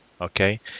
Okay